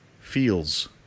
feels